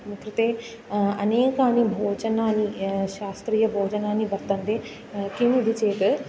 कृते अनेकानि भोजनानि शास्त्रीयभोजनानि वर्तन्ते किम् इति चेत्